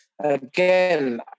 again